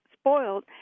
spoiled